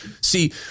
See